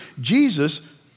Jesus